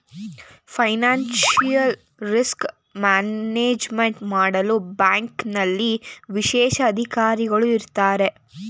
financial risk management ಮಾಡಲು ಬ್ಯಾಂಕ್ನಲ್ಲಿ ವಿಶೇಷ ಅಧಿಕಾರಿಗಳು ಇರತ್ತಾರೆ